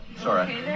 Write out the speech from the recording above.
Sorry